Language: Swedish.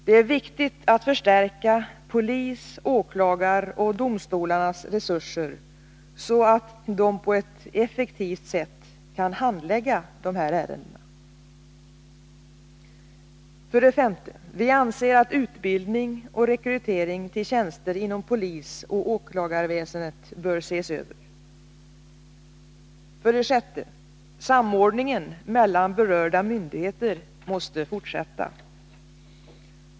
Det är viktigt att förstärka polisens, åklagarnas och domstolarnas resurser så att de på ett effektivt sätt kan handlägga dessa ärenden. 5. Vi anser att utbildningen och rekryteringen till tjänster inom polisoch åklagarväsendet bör ses över. 6. Samordningen mellan berörda myndigheter måste fortsätta.